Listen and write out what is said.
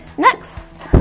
next.